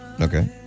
Okay